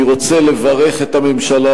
אני רוצה לברך את הממשלה: